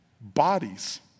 Bodies